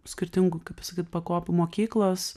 skirtingų kaip pasakyt pakopų mokyklos